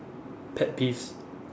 pet peeves